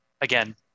again